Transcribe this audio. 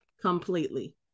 completely